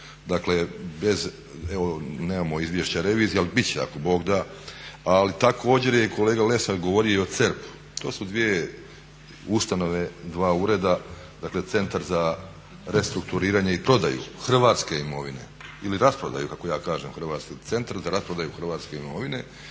Dakle, evo nemamo izvješća revizije ali bit će ako Bog da. Ali također je i kolega Lesar govorio o CERP-u. To su dvije ustanove, dva ureda, dakle Centar za restrukturiranje i prodaju hrvatske imovine ili rasprodaju kako ja kažem, centar za rasprodaju hrvatske imovine